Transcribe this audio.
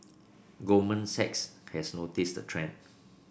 goldman Sachs has noticed the trend